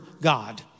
God